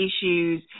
issues